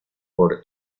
por